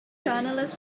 journalist